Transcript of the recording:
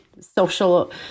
social